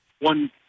one